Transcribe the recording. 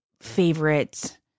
favorite